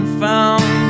found